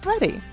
ready